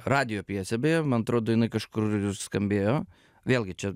radijo pjesę beje man atrodo jinai kažkur skambėjo vėlgi čia